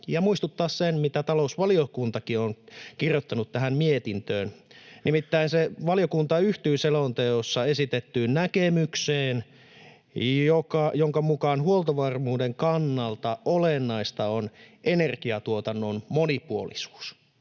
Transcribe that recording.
ja muistuttaa siitä, mitä talousvaliokuntakin on kirjoittanut tähän mietintöön. Nimittäin valiokunta yhtyy selonteossa esitettyyn näkemykseen, jonka mukaan huoltovarmuuden kannalta olennaista on energiatuotannon monipuolisuus.